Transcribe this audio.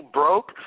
broke